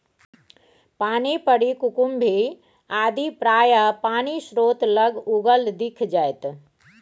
पानिपरी कुकुम्भी आदि प्रायः पानिस्रोत लग उगल दिख जाएत